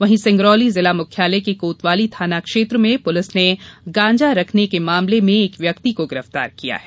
वहीं सिंगरौली जिला मुख्यालय के कोतवाली थाना क्षेत्र में पुलिस ने गांजा रखने के मामले में एक व्यक्ति को गिरफ्तार किया गया है